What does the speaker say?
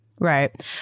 Right